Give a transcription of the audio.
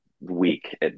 week